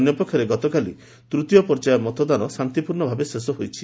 ଅନ୍ୟପକ୍ଷରେ ଗତକାଲି ତୂତୀୟ ପର୍ଯ୍ୟାୟ ମତଦାନ ପ୍ରକ୍ରିୟା ଶାନ୍ତିପୂର୍ଣ୍ଣଭାବେ ଶେଷ ହୋଇଛି